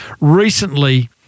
Recently